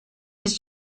his